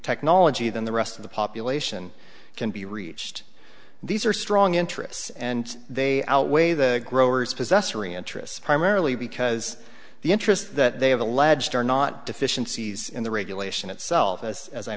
technology than the rest of the population can be reached these are strong interests and they outweigh the growers possessory interests primarily because the interest that they have alleged or not deficiencies in the regulation itself as as i